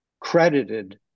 credited